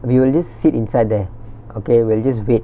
we will just sit inside there okay we'll just wait